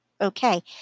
Okay